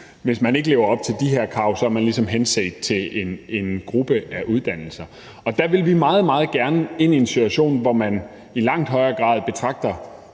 hvis man ikke lever op til de her krav, er man ligesom henvist til en særlig gruppe af uddannelser. Og der ville vi meget, meget gerne ind i en situation, hvor man i langt højere grad betragter